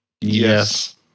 Yes